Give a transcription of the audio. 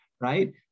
right